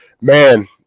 man